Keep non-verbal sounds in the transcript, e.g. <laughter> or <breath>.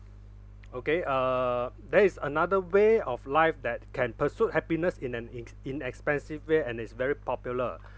okay err there is another way of life that can pursuit happiness in an inx~ inexpensive way and it's very popular <breath>